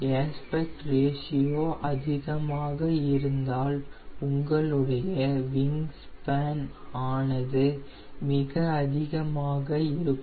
aspect ratio அதிகமாக இருந்தால் உங்களுடைய விங் ஸ்பேன் ஆனது மிக அதிகமாக இருக்கும்